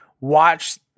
watch